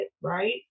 right